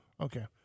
Okay